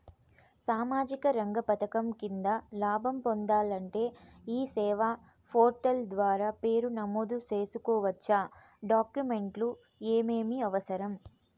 సామాజిక రంగ పథకం కింద లాభం పొందాలంటే ఈ సేవా పోర్టల్ ద్వారా పేరు నమోదు సేసుకోవచ్చా? డాక్యుమెంట్లు ఏమేమి అవసరం?